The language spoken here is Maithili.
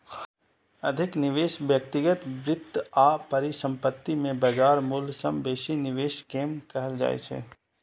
अधिक निवेश व्यक्तिगत वित्त आ परिसंपत्ति मे बाजार मूल्य सं बेसी निवेश कें कहल जाइ छै